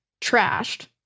trashed